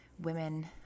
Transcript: women